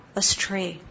astray